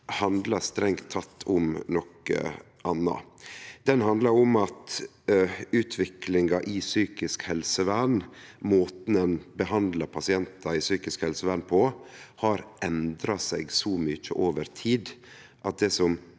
handlar strengt tatt om noko anna. Den handlar om at utviklinga i psykisk helsevern, måten ein behandlar pasientar i psykisk helsevern på, har endra seg så mykje over tid at det som